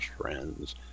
friends